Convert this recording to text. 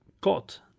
got